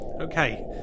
Okay